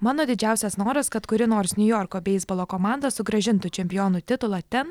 mano didžiausias noras kad kuri nors niujorko beisbolo komanda sugrąžintų čempionų titulą ten